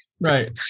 right